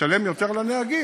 לשלם יותר לנהגים.